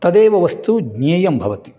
तदेव वस्तु ज्ञेयं भवति